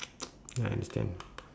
ya I understand